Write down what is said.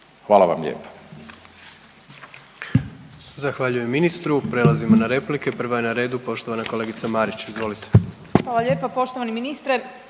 Hvala vam lijepa.